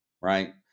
right